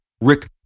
Rick